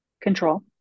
control